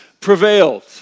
prevailed